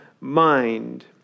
mind